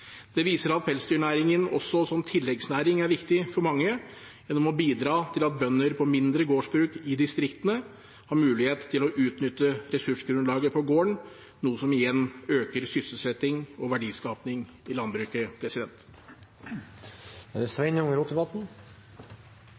Det viser at pelsdyrnæringen også som tilleggsnæring er viktig for mange, gjennom å bidra til at bønder på mindre gårdsbruk i distriktene har mulighet til å utnytte ressursgrunnlaget på gården, noe som igjen øker sysselsetting og verdiskaping i landbruket.